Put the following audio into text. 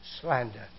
slander